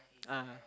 (uh huh)